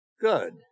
Good